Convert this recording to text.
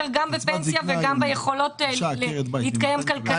גם בפנסיה וגם ביכולות להתקיים כלכלית.